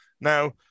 Now